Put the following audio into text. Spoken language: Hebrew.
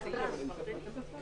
בהתאם להנחיית רשות החירום הלאומית,